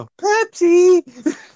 Pepsi